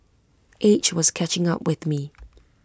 age was catching up with me